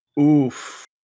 Oof